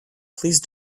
please